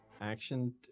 Action